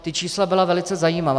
Ta čísla byla velice zajímavá.